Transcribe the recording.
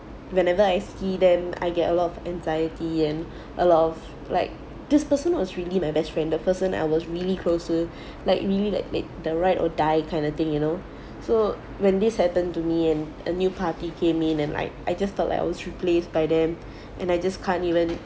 whenever I see them I get a lot of anxiety and a lot like this person was really my best friend the person I was really close to like really li~ like the the ride or die kind of thing you know so when this happen to me and a new party came in and like I just felt like I was replaced by them and I just can't even